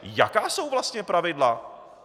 Jaká jsou vlastně pravidla?